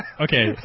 Okay